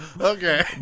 Okay